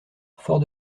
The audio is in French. fort